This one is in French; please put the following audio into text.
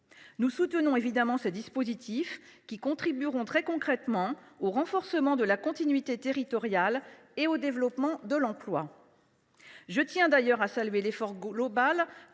Nous soutenons évidemment ces dispositifs, qui contribueront très concrètement au renforcement de la continuité territoriale et au développement de l’emploi. Je tiens d’ailleurs à saluer l’effort global